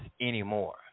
anymore